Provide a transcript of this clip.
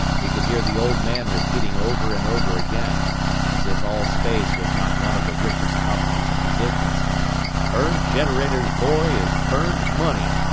he could hear the old man repeating over and over again as if allspace was not one of the richest companies in existence burned generators, boy, is burned money,